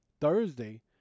Thursday